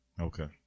Okay